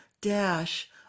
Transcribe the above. Dash